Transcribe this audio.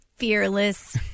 Fearless